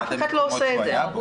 אף אחד לא עושה את זה.